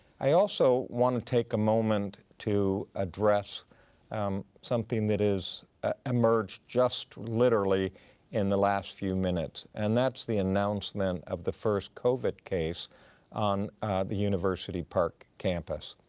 i also wanna take a moment to address um something that has ah emerged just literally in the last few minutes. and that's the announcement of the first covid case on the university park campus.